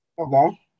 Okay